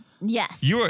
Yes